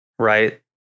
right